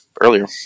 earlier